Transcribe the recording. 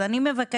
אז אני מבקשת,